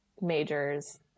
majors